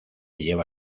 lleva